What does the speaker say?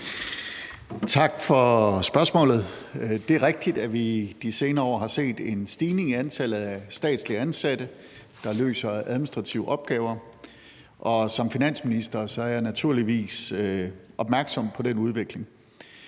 Tak for spørgsmålet. Det er rigtigt, at vi i de senere år har set en stigning i antallet af statsligt ansatte, der løser administrative opgaver, og som finansminister er jeg naturligvis opmærksom på den udvikling.